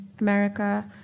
America